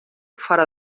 fora